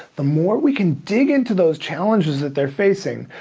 the more we can dig into those challenges that they're facing,